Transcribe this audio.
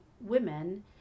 women